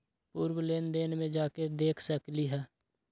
पूर्व लेन देन में जाके देखसकली ह?